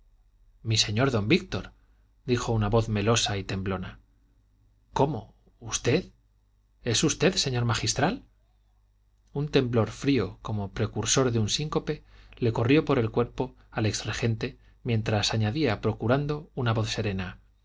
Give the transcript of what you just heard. mi señor don víctor dijo una voz melosa y temblona cómo usted es usted señor magistral un temblor frío como precursor de un síncope le corrió por el cuerpo al ex regente mientras añadía procurando una voz serena